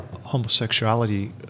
homosexuality